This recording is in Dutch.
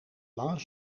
lange